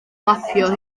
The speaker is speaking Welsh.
mapio